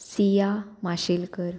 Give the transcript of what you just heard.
Siya Mashelkar